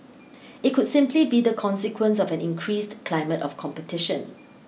it could simply be the consequence of an increased climate of competition